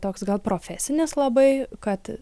toks gal profesinis labai kad